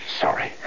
Sorry